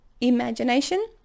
imagination